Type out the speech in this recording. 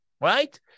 right